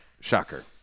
Shocker